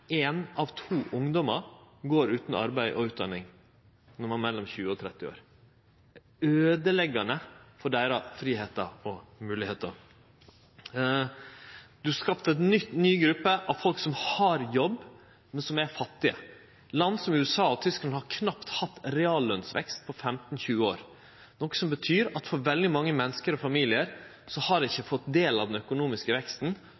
ein av to ungdomar mellom 20 og 30 år går utan arbeid og utan utdanning. Det er øydeleggjande for deira fridomar og moglegheiter. Det er skapt ei ny gruppe av folk som har jobb, men som er fattige. Land som USA og Tyskland har knapt hatt reallønsvekst på 15–20 år, noko som betyr at veldig mange menneske, mange familiar, ikkje har fått del i den økonomiske veksten, og